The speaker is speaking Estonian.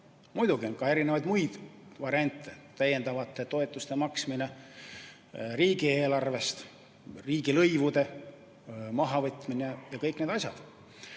Muidugi on ka muid variante: täiendavate toetuste maksmine riigieelarvest, riigilõivude mahavõtmine ja kõik need asjad.